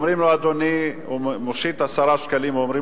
הוא מושיט 10 שקלים ואומר: